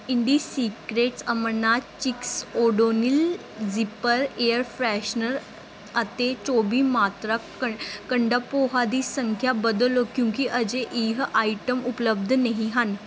ਇੰਡੀਸਿਕ੍ਰੇਟਸ ਅਮਰਨਾਥ ਚਿੱਕੀਸ Odonil zipper air freshener ਅਤੇ ਚੌਵੀ ਮਾਤਰਾ ਕ ਕੰਡਾ ਪੋਹਾ ਦੀ ਸੰਖਿਆ ਬਦਲ ਲਉ ਕਿਉਂਕਿ ਅਜੇ ਇਹ ਆਈਟਮ ਉਪਲਬਧ ਨਹੀਂ ਹਨ